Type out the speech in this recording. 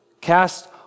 Cast